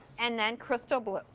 and then crystal blue.